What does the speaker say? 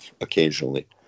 occasionally